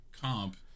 comp